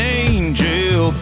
angel